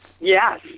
Yes